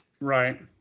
Right